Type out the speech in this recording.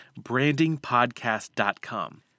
brandingpodcast.com